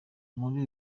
muri